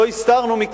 לא הסתרנו.